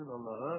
Allah